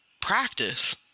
practice